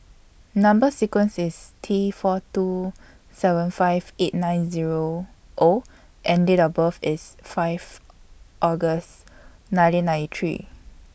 Number sequence IS T four two seven five eight nine Zero O and Date of birth IS five August nineteen ninety three